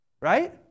Right